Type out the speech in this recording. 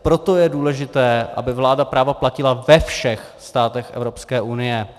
Proto je důležité, aby vláda práva platila ve všech státech Evropské unie.